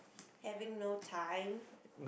having no time